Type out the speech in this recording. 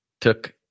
took